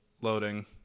Loading